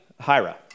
Hira